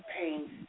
pain